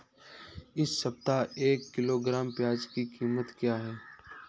इस सप्ताह एक किलोग्राम प्याज की कीमत क्या है?